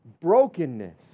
Brokenness